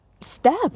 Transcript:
step